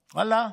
ואללה,